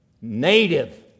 native